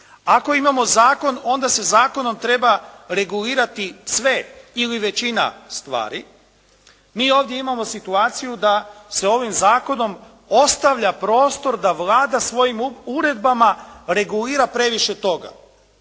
Ako imamo zakon onda se zakonom treba regulirati sve, ili većina stvari. Mi ovdje imamo situaciju da se ovim zakonom ostavlja prostor da Vlada svojim uredbama regulira previše toga.